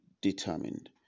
determined